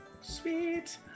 Sweet